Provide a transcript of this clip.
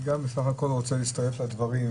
אני גם בסך הכול רוצה להצטרף לדברים,